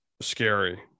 scary